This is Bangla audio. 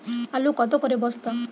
আলু কত করে বস্তা?